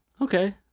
Okay